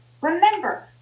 Remember